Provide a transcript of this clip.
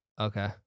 Okay